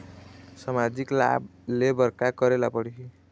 सामाजिक लाभ ले बर का करे ला पड़ही?